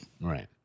Right